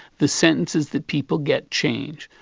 the sentences that people get change.